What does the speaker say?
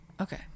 Okay